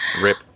Rip